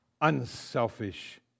unselfish